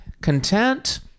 Content